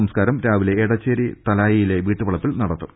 സംസ്കാരം രാവിലെ എടച്ചേരി തലായിലെ വീട്ടുവളപ്പിൽ നടക്കും